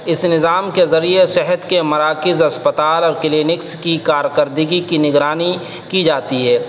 اس نظام کے ذریعے صحت کے مراکز اسپتال اور کلینکس کی کارکردگی کی نگرانی کی جاتی ہے